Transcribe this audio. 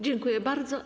Dziękuję bardzo.